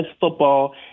football